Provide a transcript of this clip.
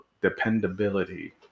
dependability